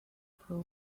pro